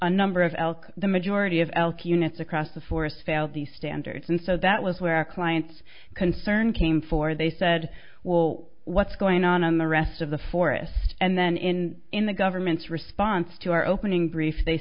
a number of elk the majority of elk units across the forest failed the standards and so that was where our clients concern came for they said well what's going on on the rest of the forest and then in in the government's response to our opening brief they